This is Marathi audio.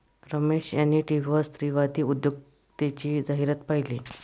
रमेश यांनी टीव्हीवर स्त्रीवादी उद्योजकतेची जाहिरात पाहिली